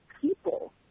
people